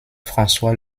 françois